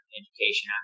education